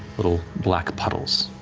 little black puddles,